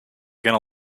going